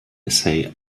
essay